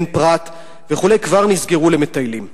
עין-פרת וכן הלאה כבר נסגרו למטיילים.